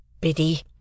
Biddy